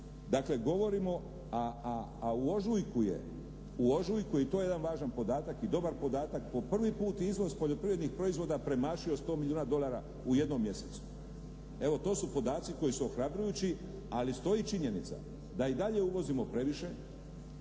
Dakle, govorimo a u ožujku je, i to je jedan važan podatak i dobar podatak, po prvi put izvoz poljoprivrednih proizvoda premašio 100 milijuna dolara u jednom mjesecu. Evo, to su podaci koji su ohrabrujući ali stoji činjenica da i dalje uvozimo previše